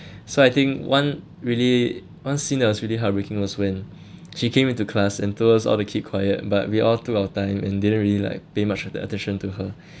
so I think one really one scene that was really heartbreaking was when she came into class and told us all to keep quiet but we all took our time and didn't really like pay much the attention to her